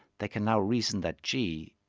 they can now reason that gee,